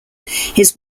his